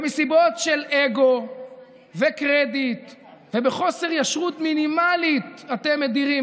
ומסיבות של אגו וקרדיט ובחוסר ישרות מינימלית אתם מדירים.